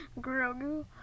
Grogu